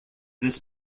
this